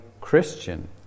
Christian